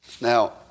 Now